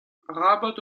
arabat